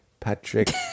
Patrick